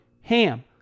HAM